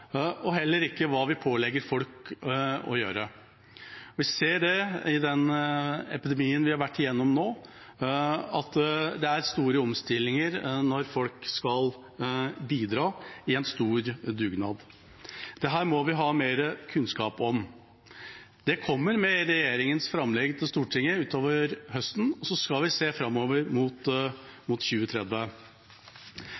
og uten at vi vet hva vi pålegger folk å gjøre. Vi har sett igjennom den epidemien vi har vært gjennom nå, at det er store omstillinger når folk skal bidra i en stor dugnad. Dette må vi ha mer kunnskap om, og det kommer med regjeringas framlegg til Stortinget utover høsten. Vi skal også se framover mot